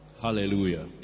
Hallelujah